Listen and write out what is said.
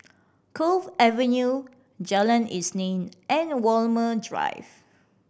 Cove Avenue Jalan Isnin and Walmer Drive